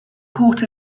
court